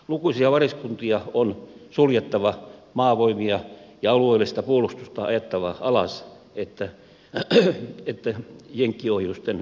lukuisia varuskuntia on suljettava maavoimia ja alueellista puolustusta ajettava alas että jenkkiohjusten rahoitus hoituu